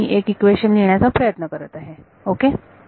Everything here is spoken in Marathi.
तर मी एक इक्वेशन लिहिण्याचा प्रयत्न करत आहे ओके